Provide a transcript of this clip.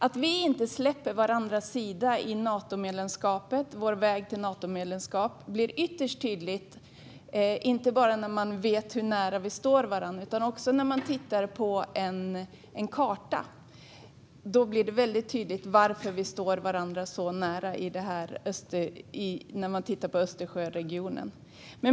Att vi inte ska vika från varandras sida på vår väg till Natomedlemskap blir ytterst tydligt inte bara när man vet hur nära vi står varandra utan också när man tittar på en karta. Då blir det väldigt tydligt varför vi står varandra så nära i Östersjöregionen.